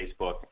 Facebook